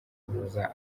kuvuza